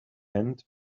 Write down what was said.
with